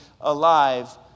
alive